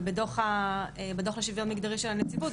אבל בדוח לשוויון מגדרי של הנציבות,